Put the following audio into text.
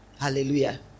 Hallelujah